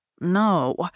No